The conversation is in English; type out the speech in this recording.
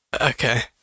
Okay